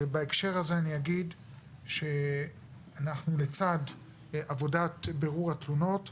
בהקשר הזה אומר שלצד עבודת בירור התלונות,